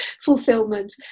fulfillment